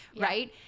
right